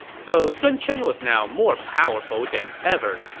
so sun chen was now more powerful than ever.